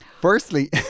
Firstly